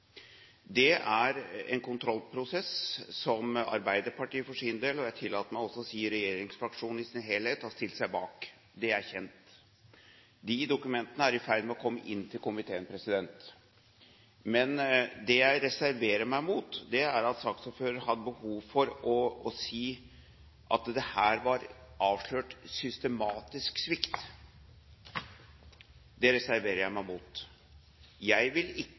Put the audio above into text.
Det er en kontrollprosess som Arbeiderpartiet for sin del – og jeg tillater meg også å si regjeringsfraksjonen i sin helhet – har stilt seg bak. Det er kjent. De dokumentene er i ferd med å komme inn til komiteen. Det jeg reserverer meg mot, er at saksordføreren har behov for å si at det her var avslørt systematisk svikt. Det reserverer jeg meg mot. Jeg vil ikke